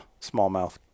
smallmouth